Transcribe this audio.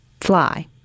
Fly